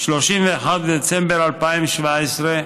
31 בדצמבר 2017,